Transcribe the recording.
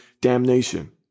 damnation